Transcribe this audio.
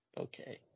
Okay